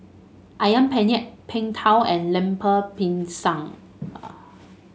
ayam Penyet Png Tao and Lemper Pisang